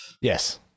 Yes